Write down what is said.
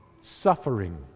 suffering